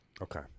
Okay